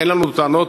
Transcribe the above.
אין לנו טענות,